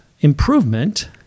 improvement